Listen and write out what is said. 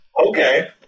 Okay